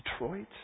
Detroit